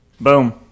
Boom